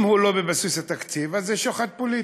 אם הוא לא בבסיס התקציב, אז זה שוחד פוליטי.